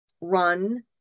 run